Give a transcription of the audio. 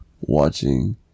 watching